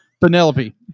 Penelope